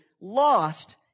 lost